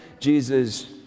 Jesus